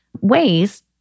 ways